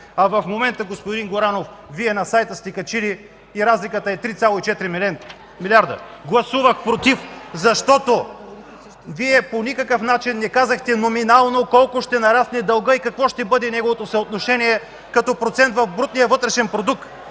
а в момента, господин Горанов, Вие на сайта сте качили друго и разликата е 3,4 милиарда? Гласувах „против”, защото Вие по никакъв начин не казахте номинално колко ще нарасне дългът и какво ще бъде неговото съотношение като процент в брутния вътрешен продукт.